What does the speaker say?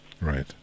Right